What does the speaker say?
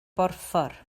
borffor